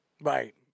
Right